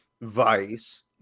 vice